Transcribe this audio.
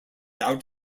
out